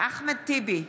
אחמד טיבי,